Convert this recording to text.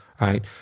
right